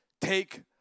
take